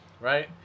right